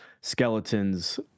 skeletons